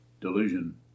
delusion